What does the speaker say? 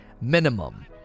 minimum